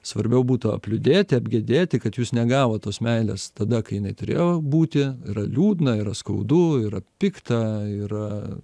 svarbiau būtų apliudėti abgedėti kad jūs negavot tos meilės tada kai jinai turėjo būti yra liūdna yra skaudu yra pikta yra